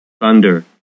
thunder